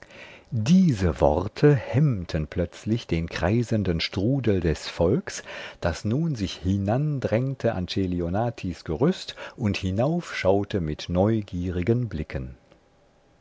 diese worte hemmten plötzlich den kreisenden strudel des volks das nun sich hinandrängte an celionatis gerüst und hinaufschaute mit neugierigen blicken